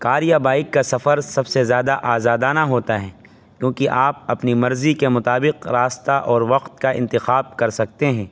کار یا بائک کا سفر سب سے زیادہ آزادانہ ہوتا ہے کیونکہ آپ اپنی مرضی کے مطابق راستہ اور وقت کا انتخاب کر سکتے ہیں